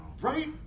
Right